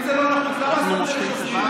אם זה לא נחוץ, למה עשו את זה על שוטרים?